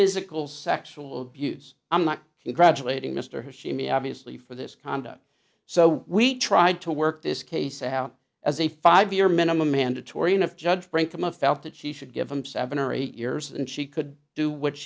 physical sexual abuse i'm not graduating mr hashemi obviously for this conduct so we tried to work this case out as a five year minimum mandatory and of judge brinkema felt that she should give him seven or eight years and she could do what